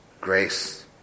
Grace